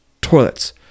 toilets